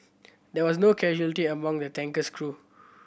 there were no casualties among the tanker's crew